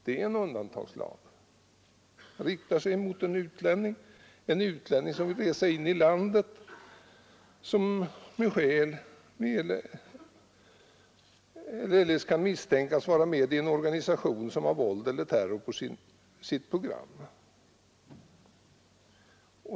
Den riktar sig mot en utlänning som vill resa in i landet och som med skäl eller eljest kan misstänkas vara med i en organisation som har våld eller terror på sitt program.